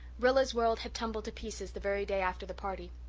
rilla's world had tumbled to pieces the very day after the party.